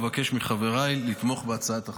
אבקש מחבריי לתמוך בהצעת החוק.